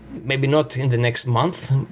maybe not in the next month,